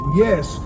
yes